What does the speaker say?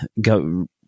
go